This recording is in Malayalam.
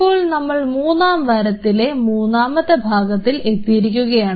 ഇപ്പോൾ നമ്മൾ മൂന്നാം വാരത്തിലെ മൂന്നാമത്തെ ഭാഗത്തിൽ എത്തിയിരിക്കുകയാണ്